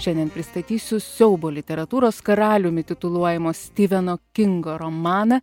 šiandien pristatysiu siaubo literatūros karaliumi tituluojamo stiveno kingo romaną